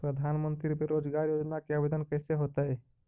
प्रधानमंत्री बेरोजगार योजना के आवेदन कैसे होतै?